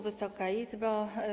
Wysoka Izbo!